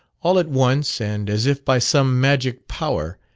all at once, and as if by some magic power,